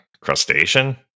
crustacean